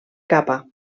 capa